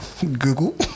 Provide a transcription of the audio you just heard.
Google